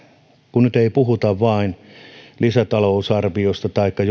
kun nyt ei puhuta vain lisätalousarviosta taikka